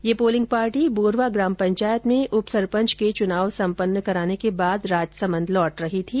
यह polling party Borwa ग्राम पंचायत में उपसरपंच के चुनाव सम्पन्न कराने के बाद राजसमन्द लौट रही थी